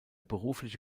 berufliche